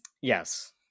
Yes